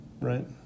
right